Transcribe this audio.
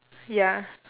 ya